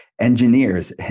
Engineers